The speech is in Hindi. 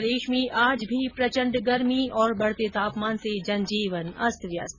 प्रदेश में आज भी प्रचण्ड गर्मी और बढ़ते तापमान से जनजीवन अस्त व्यस्त